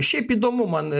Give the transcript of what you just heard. šiaip įdomu man